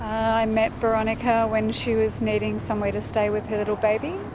i met boronika when she was needing somewhere to stay with her little baby.